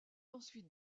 ensuite